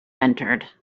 entered